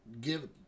give